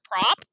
prop